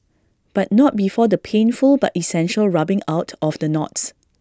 but not before the painful but essential rubbing out of the knots